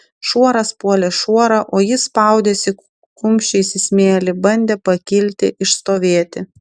šuoras puolė šuorą o jis spaudėsi kumščiais į smėlį bandė pakilti išstovėti